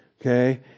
okay